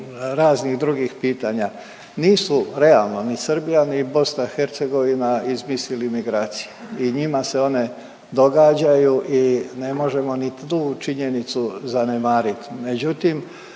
raznih drugih pitanja. Nisu realno ni Srbija, ni BiH izmislili migracije i njima se one događaju i ne možemo ni tu činjenicu zanemarit.